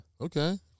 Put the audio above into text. Okay